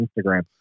Instagram